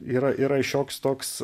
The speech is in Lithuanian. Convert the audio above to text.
yra yra šioks toks